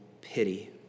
pity